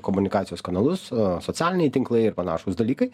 komunikacijos kanalus socialiniai tinklai ir panašūs dalykai